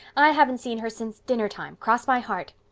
i haven't seen her since dinner time, cross my heart.